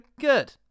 good